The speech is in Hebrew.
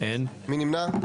מי נמנע?